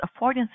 affordances